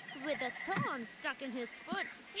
with a thorn stuck in his foot!